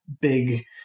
big